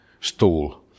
stool